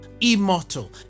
immortal